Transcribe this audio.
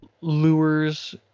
lures